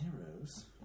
Arrows